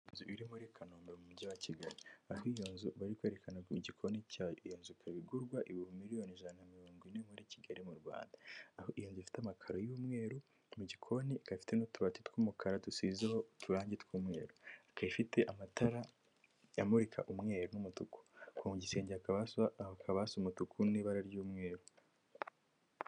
Inzu iri muri Kanombe mu mujyi wa Kigali aho iyo nzu bari kwerekana igikoni, iyo nzu ikaba igurwa miliyoni ijana na mirongo ine muri Kigali mu Rwanda. Aho iyo nzu ifite amakaro y'umweru mu gikoni, ikaba ifite n'utubati tw'umukara dusizeho uturangi tw'umweru ifite amatara amurika umweru n'umutuku kugisenge hakaba hasa umutuku n'ibara ry'umweru.